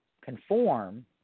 conform